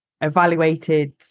evaluated